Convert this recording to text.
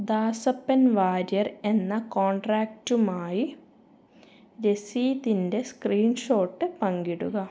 ദാസപ്പൻ വാര്യർ എന്ന കോൺട്രാക്റ്റുമായി രസീതിൻ്റെ സ്ക്രീൻഷോട്ട് പങ്കിടുക